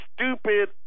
stupid